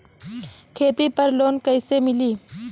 खेती पर लोन कईसे मिली?